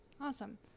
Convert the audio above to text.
awesome